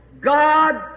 God